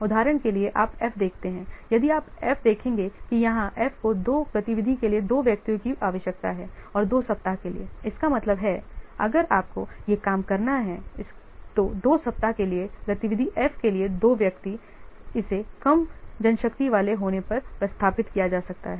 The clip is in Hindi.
उदाहरण के लिए आप F देखते हैं यदि आप देखेंगे कि यहां F को 2 गतिविधि के लिए 2 व्यक्तियों की आवश्यकता है और 2 सप्ताह के लिए इसका मतलब है अगर आपको यह काम करना है इसका मतलब है 2 सप्ताह के लिए गतिविधि F के लिए दो 2 व्यक्ति इसे कम मैनपावर वाले होने पर प्रतिस्थापित किया जा सकता है